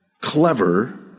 clever